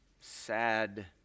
sad